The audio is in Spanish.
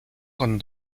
con